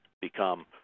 become